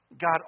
God